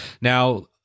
Now